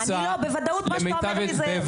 אני בוודאות מה שאתה אומר לי זה נכון?